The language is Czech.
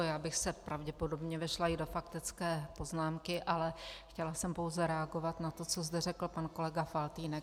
Já bych se pravděpodobně vešla i do faktické poznámky, ale chtěla jsem pouze reagovat na to, co zde řekl pan kolega Faltýnek.